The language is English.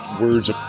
words